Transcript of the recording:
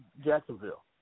Jacksonville